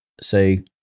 say